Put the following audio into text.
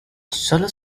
solo